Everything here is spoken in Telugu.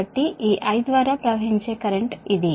కాబట్టి ఈ I ద్వారా ప్రవహించే కరెంట్ ఇది